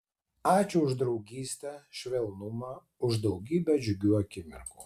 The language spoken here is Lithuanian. ačiū už draugystę švelnumą už daugybę džiugių akimirkų